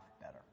better